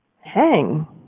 hang